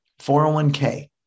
401k